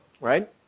Right